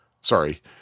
Sorry